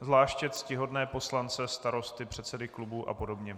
Zvláště ctihodné poslance starosty, předsedy klubů a podobně.